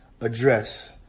address